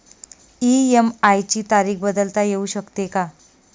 EMI ची तारीख बदलता येऊ शकते का?